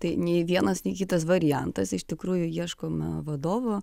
tai nei vienas nei kitas variantas iš tikrųjų ieškome vadovo